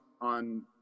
on